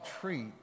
treat